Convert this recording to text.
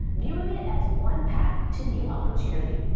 viewing it as one path to new opportunity.